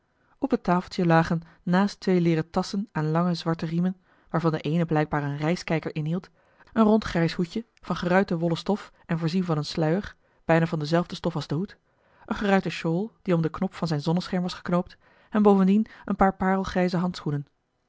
op het tafeltje lagen naast twee leeren tasschen aan lange zwarte riemen waarvan de eene blijkbaar een reiskijker inhield een rond grijs hoedje van geruite wollen stof en voorzien van een sluier bijna van dezelfde stof als de hoed een geruite shawl die om den knop van zijn zonnescherm was geknoopt en bovendien een paar parelgrijze handschoenen